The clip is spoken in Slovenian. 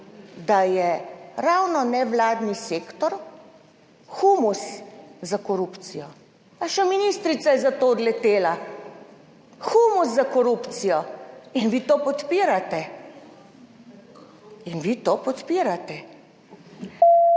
da je ravno nevladni sektor humus za korupcijo, pa še ministrica je za to odletela. Humus za korupcijo in vi to podpirate in vi to podpirate.